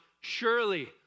Surely